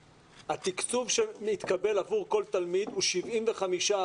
התקצוב שנתקבל עבור כל תלמיד הוא 75%